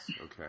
Okay